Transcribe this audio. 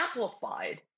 amplified